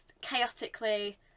chaotically